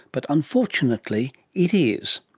but unfortunately it is.